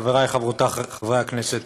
חברי וחברותי חברי הכנסת,